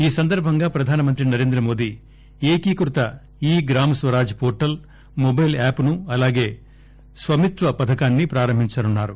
ఈ సందర్బంగా ప్రధాన మంత్రి నరేంద్ర మోదీ ఏకీకృత ఈ గ్రామ్స్వరాజ్వోర్టల్ మొబైల్ యాప్ను అలాగే స్వమిత్వ పథకాన్ని ప్రారంభించనున్నారు